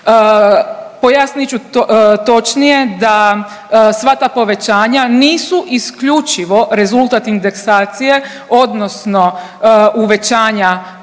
Pojasnit ću točnije da sva ta povećanja nisu isključivo rezultat indeksacije odnosno uvećanja koja